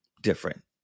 different